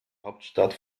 hauptstadt